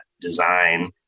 design